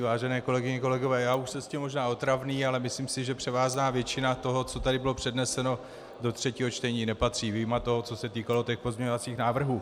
Vážené kolegyně, kolegové, já už jsem s tím možná otravný, ale myslím si, že převážná většina toho, co tady bylo předneseno, do třetího čtení nepatří, vyjma toho, co se týkalo těch pozměňovacích návrhů.